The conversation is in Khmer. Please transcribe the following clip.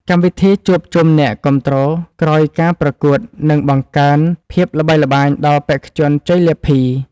កម្មវិធីជួបជុំអ្នកគាំទ្រក្រោយការប្រកួតនឹងបង្កើនភាពល្បីល្បាញដល់បេក្ខជនជ័យលាភី។